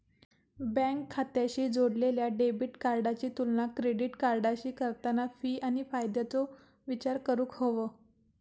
bank खात्याशी जोडलेल्या debit कार्डाची तुलना क्रेडिट कार्डाशी करताना फी आणि फायद्याचो विचार करूक हवो